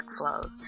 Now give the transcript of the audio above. workflows